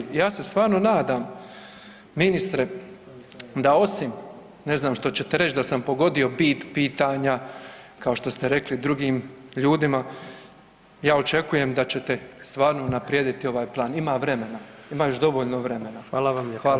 Ja se stvarno nadam ministre da osim, ne znam što ćete reći da sam pogodio bit pitanja kao što ste rekli drugim ljudima, ja očekujem da ćete stvarno unaprijediti ovaj plan, ima vremena, ima još dovoljno vremena [[Upadica: Hvala vam lijepa]] Hvala.